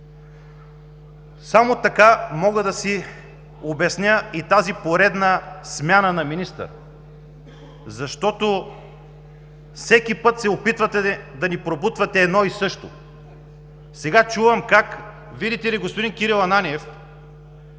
Само така мога да си обясня и тази поредна смяна на министър, защото всеки път се опитвате да ни пробутвате едно и също. Сега чувам как, видите ли, господин Кирил Ананиев,